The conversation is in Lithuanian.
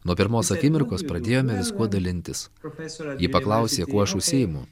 nuo pirmos akimirkos pradėjome viskuo dalintis ji paklausė kuo aš užsiimu